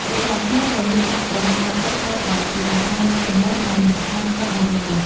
បុកល្ហុងខ្មែរដែលមានដាក់ប្រហុកដិតៗនៅតែជាអាហារសម្រន់ដែលមិនអាចខ្វះបានឡើយ។